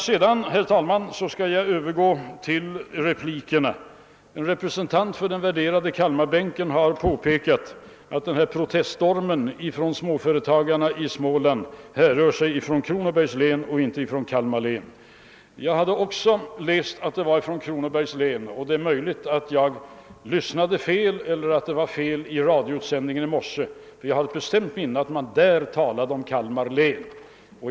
Sedan, herr talman, skall jag övergå till replikerna. En värderad representant för Kalmarbänken har påpekat att proteststormen från småföretagarna i Småland härstammar från Kronobergs län och inte från Kalmar län. Jag hade också läst att den kom från Kronobergs län, men det är möjligt att jag >lyssnade fel» eller att det var fel i radioutsändningen i morse som jag hörde på — jag har ett bestämt minne av att man där talade om Kalmar län.